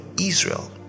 Israel